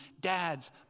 dads